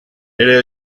era